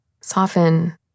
soften